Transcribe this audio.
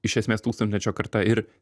iš esmės tūkstantmečio karta ir